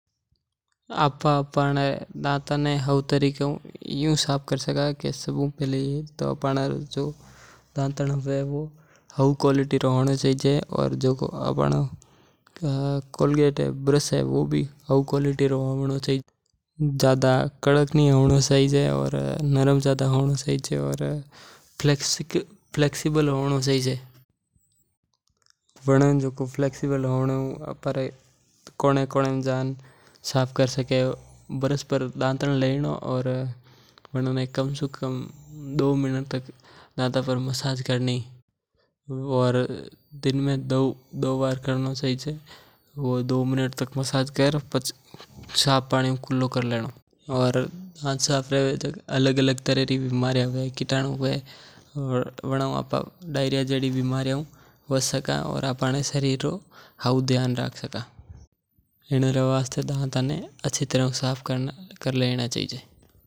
आप आपरे दांत ने हऊ तारिके हुं साफ करवां वास्ते सबा हूं पहली तो दांतां हवे जिको हऊ क्वालिटी रो हवं चहिजे। औऱ ब्रश हवे जिको कालड़ो नी हूंवलो मुलायम हवेणो चहिजे औऱ फ्लेक्सिबल हवेणो चहिजे। दांतां ब्रश माथे लेवणो औऱ दांतां री वडिया मलीश करनी पाछे साफ पानी ही कुल्ला करना।